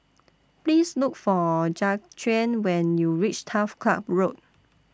Please Look For Jaquan when YOU REACH Turf Club Road